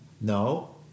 no